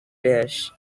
dish